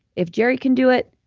if jerry can do it,